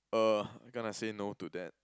uh gonna say no to that